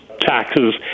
taxes